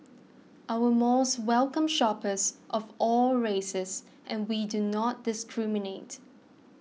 our malls welcome shoppers of all races and we do not discriminate